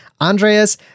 Andreas